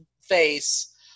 face